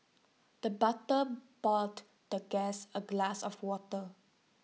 the butler poured the guest A glass of water